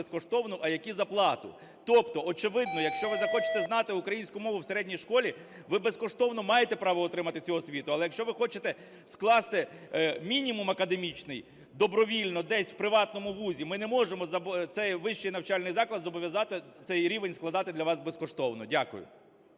а які за плату. Тобто очевидно, якщо ви захочете знати українську мову в середній школі, ви безкоштовно маєте право отримати цю освіту, але якщо ви хочете скласти мінімум академічний добровільно десь у приватному вузі, ми не можемо цей вищий навчальний заклад зобов'язати цей рівень складати для вас безкоштовно. Дякую.